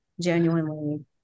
genuinely